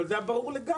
אבל זה היה ברור לגמרי.